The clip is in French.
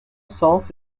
sens